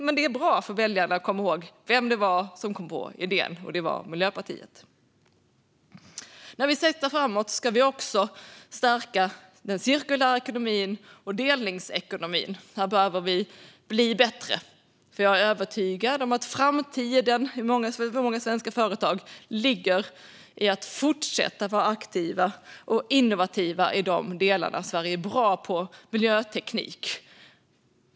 Men det är bra för väljarna att komma ihåg vem det var som kom på idén, och det var Miljöpartiet. När vi siktar framåt ska vi också stärka den cirkulära ekonomin och delningsekonomin. Här behöver vi bli bättre. Jag är nämligen övertygad om att framtiden i många svenska företag ligger i att de fortsätter att vara aktiva och innovativa i de delar där Sverige är bra på miljöteknik.